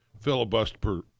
filibuster